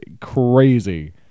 crazy